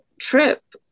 trip